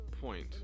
point